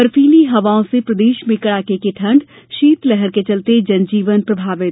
बर्फीली हवाओं से प्रदेश में कड़ाके की ठंड शीतलहर के चलते जनजीवन प्रभावित